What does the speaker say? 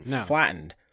flattened